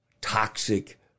toxic